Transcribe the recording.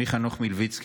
אדוני היושב-ראש.